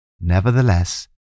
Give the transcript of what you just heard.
Nevertheless